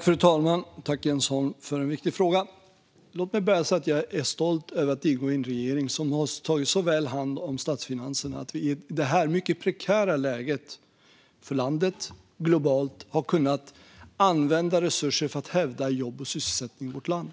Fru talman! Tack, Jens Holm, för en viktig fråga! Låt mig börja med att säga att jag är stolt över att ingå i en regering som har tagit så väl hand om statsfinanserna att vi i detta mycket prekära läge, för landet och globalt, har kunnat använda resurser för att hävda jobb och sysselsättning i vårt land.